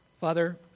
Father